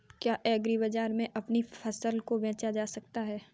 क्या एग्रीबाजार में अपनी फसल को बेचा जा सकता है?